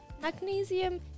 magnesium